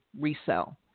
resell